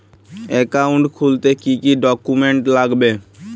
Account খুলতে কি কি ডকুমেন্ট লাগবে?